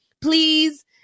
please